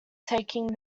taking